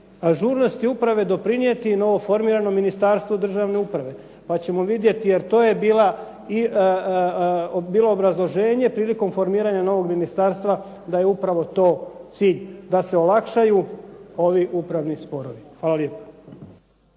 ažurnosti uprave doprinijeti i novo formiranom Ministarstvu državne uprave pa ćemo vidjeti, jer to je bilo obrazloženje prilikom formiranja novog ministarstva da je upravo to cilj da se olakšaju ovi upravni sporovi. Hvala lijepa.